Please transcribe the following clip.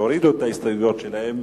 שהורידו את ההסתייגויות שלהם.